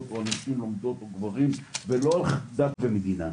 או על נשים לומדות או גברים ולא על דת ומדינה,